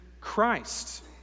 Christ